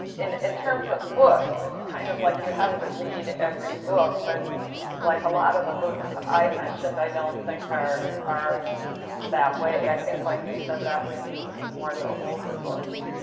in in terms of books, it's kind of like, you have to read every book. but like a lot of the books i mentioned i don't think are are that way. i think, like you said, that would be more the older books.